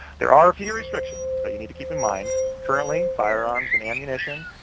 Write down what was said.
there are a few restrictions that you need to keep in mind. currently, firearms and ammunition,